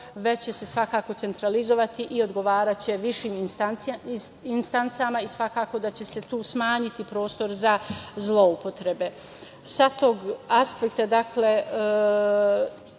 već će se svakako centralizovati i odgovaraće višim instancama i svakako da će se tu smanjiti prostor za zloupotrebe. Sa tog aspekta